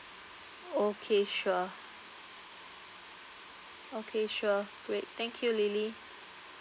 oh okay sure okay sure great thank you lily